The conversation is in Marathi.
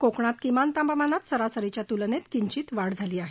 कोकणात किमान तापमानात सरासरीच्या तुलनेत किंचीत वाढ झाली आहे